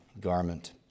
garment